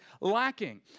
lacking